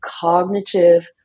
cognitive